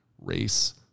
race